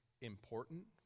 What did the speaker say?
important